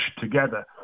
together